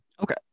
okay